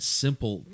simple